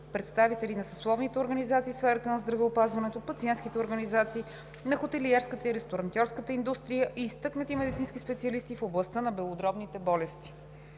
представители на съсловните организации в сферата на здравеопазването, пациентските организации, на хотелиерската и ресторантьорската индустрия и изтъкнати медицински специалисти в областта на белодробните болести.